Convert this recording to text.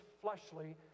fleshly